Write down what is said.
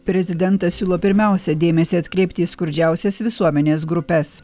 prezidentas siūlo pirmiausia dėmesį atkreipti į skurdžiausias visuomenės grupes